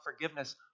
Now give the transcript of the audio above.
forgiveness